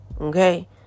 Okay